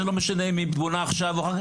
ולא משנה אם היא בונה עכשיו או אחר כך.